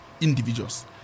individuals